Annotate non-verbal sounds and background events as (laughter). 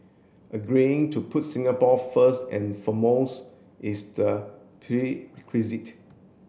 agreeing to put Singapore first and foremost is the (unintelligible)